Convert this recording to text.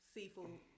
Seafood